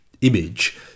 image